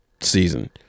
season